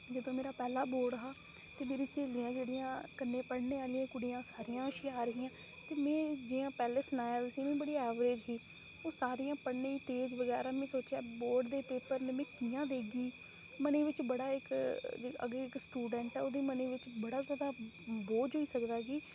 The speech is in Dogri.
जदूं मेरा पैह्ला बोर्ड हा ते मेरी स्हेलियां जेह्ड़ियां कन्नै पढ़ने आह्लियां कुड़ियां जेह्ड़ियां ओह् सारी हुशियार हियां ते में जि'यां पैह्लें सनाया तुसेंगी में बड़ी ऐवरेज ही ओह् सारियां पढ़ने गी तेज बगैरा में सोचेआ बोर्ड दे पेपर न में कि'यां देगी मनै बिच बड़ा इक अगर कोई स्टूडेंट ऐ ओह्दे मनै बिच बड़ा जैदा बोझ होई सकदा